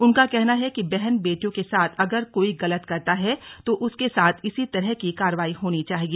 उनका कहना है कि बहन बेटियों के साथ अगर कोई गलत करता है तो उसके साथ इसी तरह की कार्रवाई होनी चाहिए